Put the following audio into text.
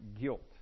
guilt